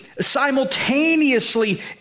Simultaneously